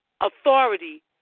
authority